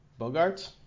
Bogarts